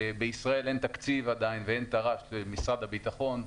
בישראל אין תקציב עדיין ואין תר"ש למשרד הביטחון,